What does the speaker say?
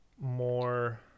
more